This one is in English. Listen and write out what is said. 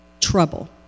Trouble